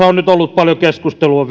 on ollut paljon keskustelua